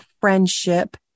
friendship